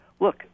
look